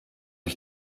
ich